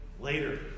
later